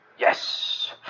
Yes